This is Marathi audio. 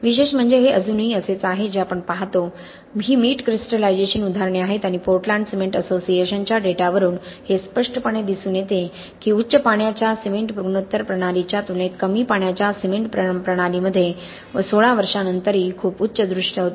विशेष म्हणजे हे अजूनही असेच आहे जे आपण पाहतो ही मीठ क्रिस्टलायझेशनची उदाहरणे आहेत आणि पोर्टलँड सिमेंट असोसिएशनच्या डेटावरून हे स्पष्टपणे दिसून येते की उच्च पाण्याच्या सिमेंट गुणोत्तर प्रणालीच्या तुलनेत कमी पाण्याच्या सिमेंट प्रमाण प्रणालीमध्ये 16 वर्षांनंतरही खूप उच्च दृश्य होते